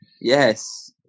Yes